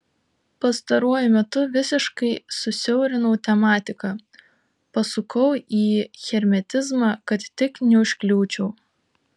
pastaruoju metu visiškai susiaurinau tematiką pasukau į hermetizmą kad tik neužkliūčiau